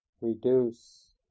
reduce